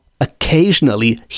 occasionally